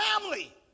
Family